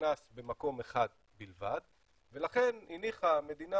שנכנס במקום אחד בלבד ולכן הניחה המדינה,